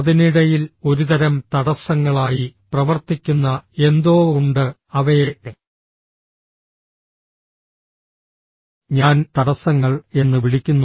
അതിനിടയിൽ ഒരുതരം തടസ്സങ്ങളായി പ്രവർത്തിക്കുന്ന എന്തോ ഉണ്ട് അവയെ ഞാൻ തടസ്സങ്ങൾ എന്ന് വിളിക്കുന്നു